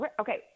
okay